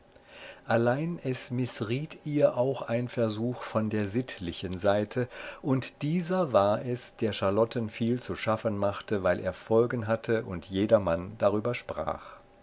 allein es mißriet ihr auch ein versuch von der sittlichen seite und dieser war es der charlotten viel zu schaffen machte weil er folgen hatte und jedermann darüber sprach